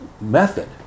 method